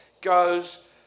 goes